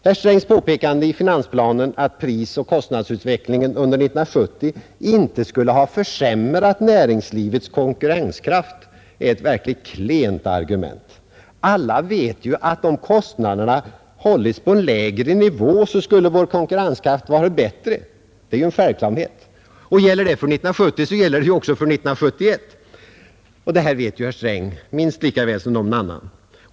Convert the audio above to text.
Herr Strängs påpekande i finansplanen, att prisoch kostnadsutvecklingen under 1970 inte skulle ha försämrat näringslivets konkurrenskraft, är ett verkligt klent argument. Alla vet ju att om kostnaderna hade hållits nere på en lägre nivå, skulle vår konkurrenskraft ha varit bättre. Det är en självklarhet. Gäller det för 1970, gäller detsamma givetvis för 1971. Detta vet herr Sträng minst lika väl som någon annan.